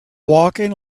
walking